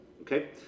okay